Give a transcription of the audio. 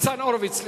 ניצן הורוביץ.